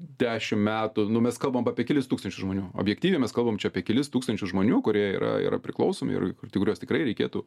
dešim metų nu mes kalbam apie kelis tūkstančius žmonių objektyviai mes kalbam čia apie kelis tūkstančius žmonių kurie yra yra priklausomi ir kur kuriuos tikrai reikėtų